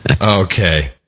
Okay